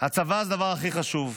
הצבא זה הדבר הכי חשוב,